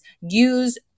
use